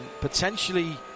Potentially